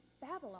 Babylon